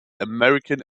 american